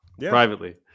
privately